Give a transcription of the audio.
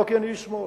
לא כי אני איש שמאל,